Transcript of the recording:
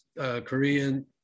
Korean